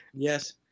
Yes